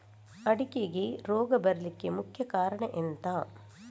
ಅಡಿಕೆಗೆ ರೋಗ ಬರ್ಲಿಕ್ಕೆ ಮುಖ್ಯ ಕಾರಣ ಎಂಥ?